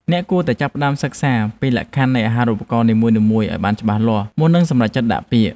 អ្នកគួរតែចាប់ផ្តើមសិក្សាពីលក្ខខណ្ឌនៃអាហារូបករណ៍នីមួយៗឱ្យបានច្បាស់លាស់មុននឹងសម្រេចចិត្តដាក់ពាក្យ។